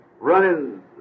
Running